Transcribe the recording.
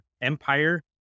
empire